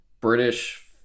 British